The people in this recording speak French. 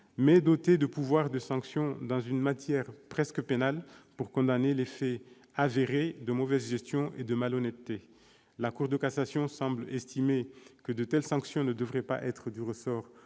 mais dotée de pouvoirs de sanction dans une matière presque pénale pour condamner les faits avérés de mauvaise gestion et de malhonnêteté. La Cour de cassation semble estimer que de telles sanctions ne devraient pas être du ressort